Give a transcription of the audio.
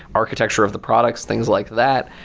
architecture of the products, things like that,